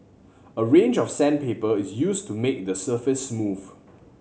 a range of sandpaper is used to make the surface smooth